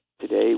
today